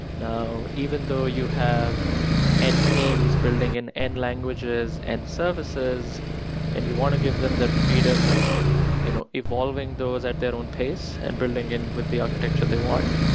now, even though you have end teams building in end languages and services and you want to give them that freedom of you know evolving those at their own pace and building in with the architecture they want,